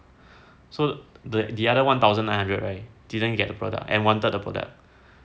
so the the other one thousand nine hundred right didn't get the product and wanted the product